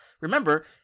remember